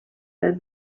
said